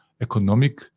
economic